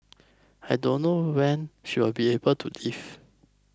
I don't know when she will be able to leave